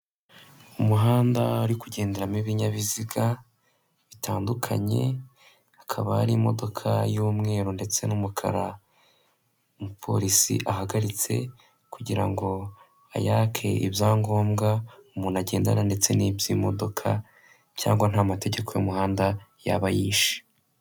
Umuhanda urimo kugenderamo ibinyabiziga bitandukanye, hakaba hari imodoka y'umweru ndetse n'umukara umuporisi ahagaritse kugirango ayake ibyangobwa umuntu agendana ndetse n'ibyimodoka cyangwa niba nta mategeko y'umuhanda yaba yishe.